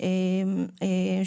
העיניים בתקרה,